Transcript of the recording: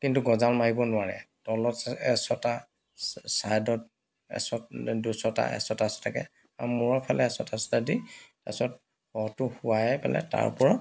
কিন্তু গজাল মাৰিব নোৱাৰে তলত এচটা চাইদত এচ দুচটা এচটা এচটাকৈ আৰু মুৰৰ ফালে এচটা এচটা দি তাৰপিছত শৱটো শুৱাই পেলাই তাৰ ওপৰত